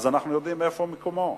אנחנו יודעים איפה מקומו.